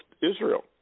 Israel